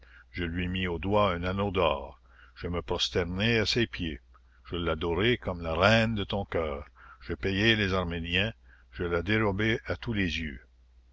je lui mis au doigt un anneau d'or je me prosternai à ses pieds je l'adorai comme la reine de ton cœur je payai les arméniens je la dérobai à tous les yeux